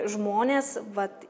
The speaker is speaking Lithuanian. žmonės vat